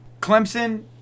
Clemson